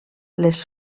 les